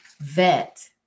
vet